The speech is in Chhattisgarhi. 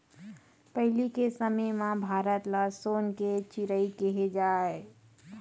पहिली के समे म भारत ल सोन के चिरई केहे जाए